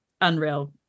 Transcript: unreal